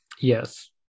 Yes